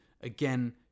again